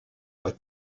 but